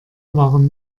waren